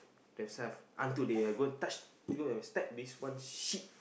them self until they are going touch going to stack this one shit